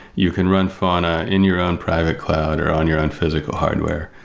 you can run fauna in your own private cloud or on your own physical hardware.